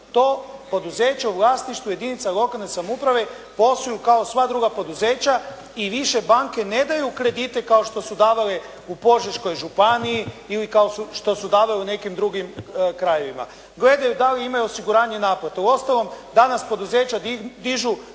To poduzeće u vlasništvu jedinica lokalne samouprave posluju kao sva druga poduzeća i više banke ne daju kredite kao što su davale u Požeškoj županiji ili kao što su davale u nekim drugim krajevima. Gledaju da li imaju osiguranje naplate. Uostalom danas poduzeća dižu